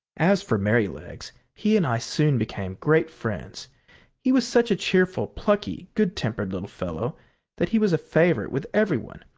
as for merrylegs, he and i soon became great friends he was such a cheerful, plucky, good-tempered little fellow that he was a favorite with every one,